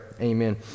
Amen